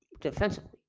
defensively